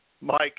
Mike